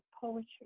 poetry